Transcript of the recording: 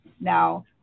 now